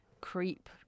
Creep